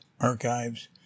Archives